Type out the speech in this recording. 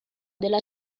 della